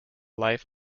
life